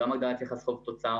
גם הגדלת יחס חוב-תוצר.